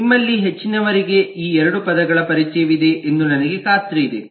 ನಿಮ್ಮಲ್ಲಿ ಹೆಚ್ಚಿನವರಿಗೆ ಈ ಎರಡು ಪದಗಳ ಪರಿಚಯವಿದೆ ಎಂದು ನನಗೆ ಖಾತ್ರಿಯಿದೆ